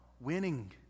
winning